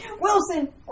Wilson